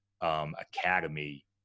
academy